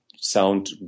sound